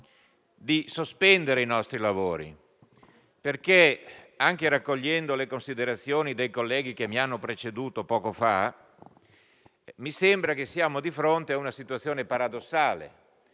di sospendere i nostri lavori, perché, anche raccogliendo le considerazioni dei colleghi che mi hanno preceduto poco fa, mi sembra che siamo di fronte a una situazione paradossale.